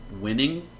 winning